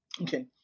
Okay